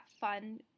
fun